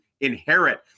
inherit